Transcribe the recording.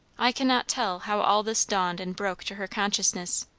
i cannot tell how all this dawned and broke to her consciousness.